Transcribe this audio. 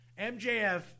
MJF